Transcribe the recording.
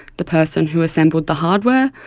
the person who assembled the hardware,